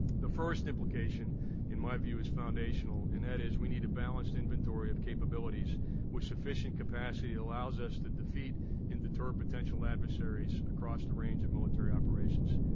the first implication in my view is foundational and that is we need a balanced inventory of capabilities with sufficient capacity that allows us to defeat and deter potential adversaries across the range of military operations.